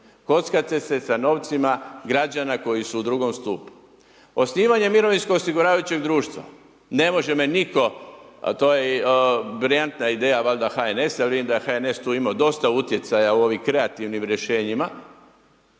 kockate se sa novcima građana koji su u drugom stupu. Osnivanje Mirovinskog osiguravajućeg društva, ne može me nitko, a to je brilijantna ideja HNS-a jer vidim da je HNS imao tu dosta utjecaja u ovim kreativnim rješenjima,